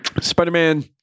Spider-Man